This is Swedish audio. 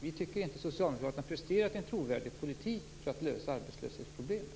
Vi tycker inte att Socialdemokraterna har presterat en trovärdig politik för att lösa arbetslöshetsproblemet.